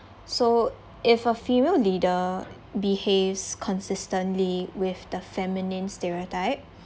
so if a female leader behaves consistently with the feminine stereotype